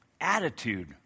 attitude